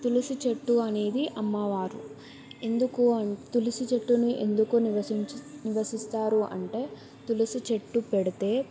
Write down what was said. తులసి చెట్టు అనేది అమ్మవారు ఎందుకు అన్ తులసి చెట్టుని ఎందుకు నివచించ్ నివసిస్తారు అంటే తులసి చెట్టు పెడితే